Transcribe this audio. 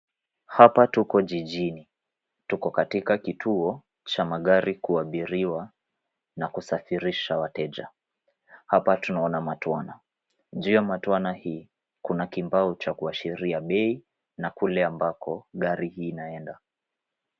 Hapa tuko jijini. Tuko katika kituo cha magari kuabiriwa na kusafirisha wateja. Hapa tunaona matwana. Juu ya matwana hii kuna kibao cha kuashiria bei na kule ambako gari hiii inaenda.